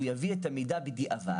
והוא יביא את המידע בדיעבד,